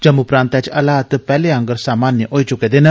जम्मू प्रांतै च हालात पैहले आंगर सामान्य होई चुके दे न